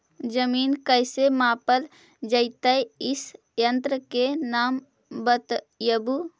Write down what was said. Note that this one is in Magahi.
जमीन कैसे मापल जयतय इस यन्त्र के नाम बतयबु?